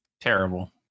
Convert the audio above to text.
terrible